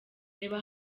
reba